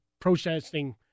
protesting